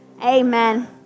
amen